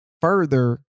further